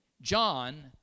John